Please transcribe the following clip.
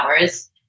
hours